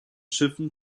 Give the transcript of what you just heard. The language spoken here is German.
schiffen